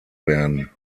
werden